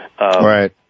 Right